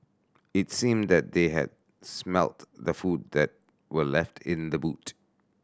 it seemed that they had smelt the food that were left in the boot